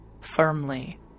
firmly